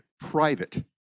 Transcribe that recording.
private